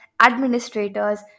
administrators